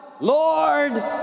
Lord